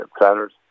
planners